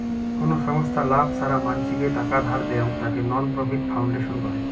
কোন ছংস্থা লাভ ছাড়া মানসিকে টাকা ধার দেয়ং, তাকে নন প্রফিট ফাউন্ডেশন কহে